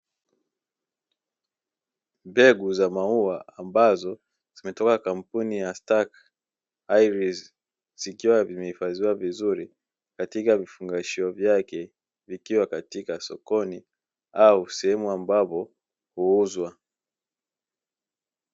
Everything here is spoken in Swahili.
Mbegu za mauwa ambazo zimetoka kampuni ya (starkes ayeres) zikiwa zimeifadhiwa vizuri katika vifungashio vyake vikiwa katika sokoni au sehemu ambapo uuzwa.